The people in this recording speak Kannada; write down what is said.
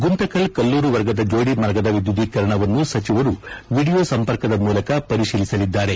ಗುಂತಕಲ್ ಕಲ್ಲೂರು ವರ್ಗದ ಜೋಡಿ ಮಾರ್ಗದ ವಿದ್ಯುದೀಕರಣವನ್ನು ಸಚಿವರು ವೀಡಿಯೋ ಸಂಪರ್ಕದ ಮೂಲಕ ಪರಿಶೀಲಿಸಲಿದ್ದಾರೆ